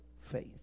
faith